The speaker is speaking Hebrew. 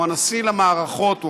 הוא הרסני למערכות,